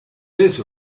this